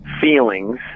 feelings